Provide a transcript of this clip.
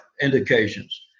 indications